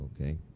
okay